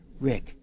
Rick